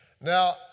Now